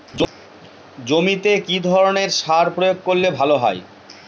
জমিতে কি ধরনের সার প্রয়োগ করলে ভালো হয়?